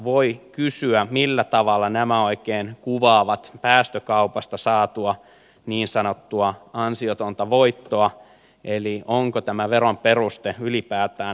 voi kysyä millä tavalla nämä oikein kuvaavat päästökaupasta saatua niin sanottua ansiotonta voittoa eli onko tämän veron peruste ylipäätään oikea